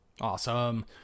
Awesome